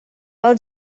pel